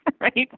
right